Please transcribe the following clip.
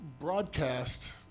broadcast